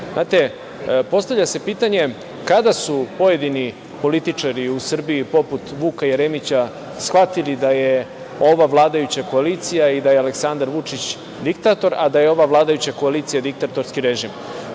režim, postavlja se pitanje – kada su pojedini političari u Srbiji poput Vuka Jeremića shvatili da je ova vladajuća koalicija i da je Aleksandar Vučić diktator, a da je ova vladajuća koalicija diktatorski režim?